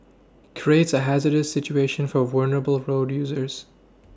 creates a hazardous situation for vulnerable road users